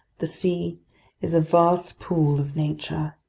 the sea is a vast pool of nature.